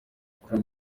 kuri